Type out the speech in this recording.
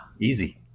easy